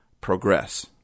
progress